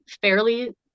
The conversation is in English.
fairly